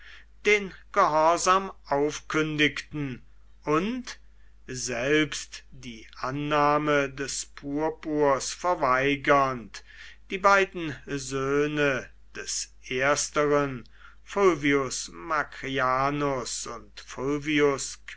den gehorsam aufkündigten und selbst die annahme des purpurs verweigernd die beiden söhne des ersteren fulvius macrianus und